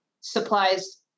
supplies